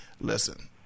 Listen